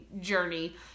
journey